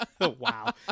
Wow